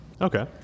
Okay